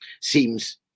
seems